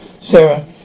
Sarah